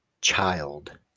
child